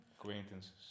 Acquaintances